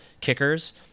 kickers